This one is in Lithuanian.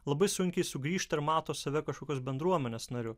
labai sunkiai sugrįžta ir mato save kažkokios bendruomenės nariu